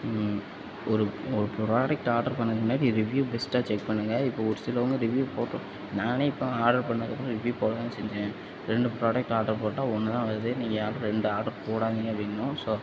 ஒரு ஒரு product order பண்ணுறக்கு முன்னாடி நீங்கள் ரிவியூ பெஸ்ட்டாக செக் பண்ணுங்கள் இப்போ ஒரு சிலவங்க ரிவியூ போட்டு நானே இப்போ ஆர்டர் பண்ணதுக்கப்பறம் ரிவியூ போட தான் செஞ்சேன் ரெண்டு ப்ராடக்ட் ஆர்டர் போட்டால் ஒன்னு தான் வருது நீங்கள் யாரும் ரெண்டு ஆர்டர் போடாதீங்க அப்படின்னும் சொ